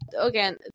again